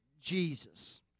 Jesus